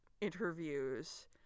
interviews